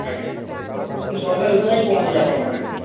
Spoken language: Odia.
ଆଜ୍ଞା ମୁଁ ସନ୍ଧ୍ୟା ସୁଦ୍ଧା ଯାଇ ପହଞ୍ଚିବି ଆପଣଙ୍କ ପାଖରେ